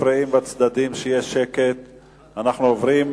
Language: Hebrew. אנחנו עוברים